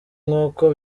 nk’uko